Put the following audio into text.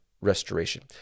restoration